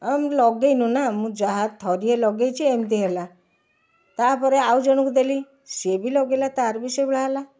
ଆଉ ମୁଁ ଲଗେଇନୁ ନା ମୁଁ ଯାହା ଥରିଏ ଲଗେଇଛି ଏମିତି ହେଲା ତାପରେ ଆଉ ଜଣଙ୍କୁ ଦେଲି ସେ ବି ଲଗେଇଲା ତାର ବି ସେଇ ଭଳିଆ ହେଲା